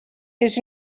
his